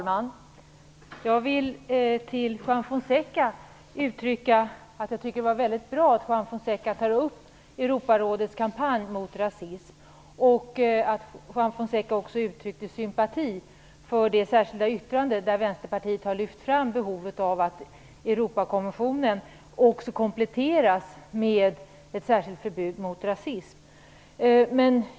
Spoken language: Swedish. Herr talman! Det var bra att Juan Fonseca tog upp Europarådets kampanj mot rasism och att han också uttryckte sympati för det särskilda yttrande i vilket Vänsterpartiet har lyft fram behovet av att Europakonventionen också kompletteras med ett särskilt förbud mot rasism.